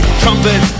trumpet